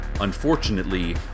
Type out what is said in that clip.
Unfortunately